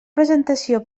presentació